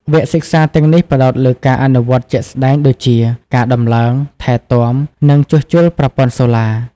វគ្គសិក្សាទាំងនេះផ្តោតលើការអនុវត្តជាក់ស្តែងដូចជា ការដំឡើង ថែទាំ និងជួសជុលប្រព័ន្ធសូឡា។